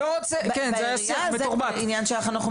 בעירייה, זה כבר עניין שלכם.